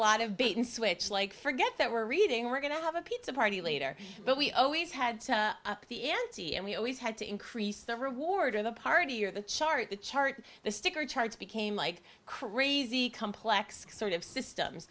lot of bait and switch like forget that we're reading we're going to have a pizza party later but we always had the a n c and we always had to increase the reward of the party or the chart the chart the sticker charts became like crazy complex sort of systems